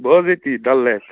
بہٕ حظ ییٚتی ڈل لیک